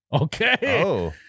okay